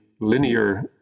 linear